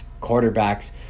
Quarterbacks